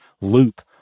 loop